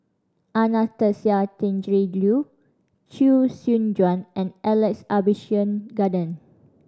Anastasia Tjendri Liew Chee Soon Juan and Alex Abisheganaden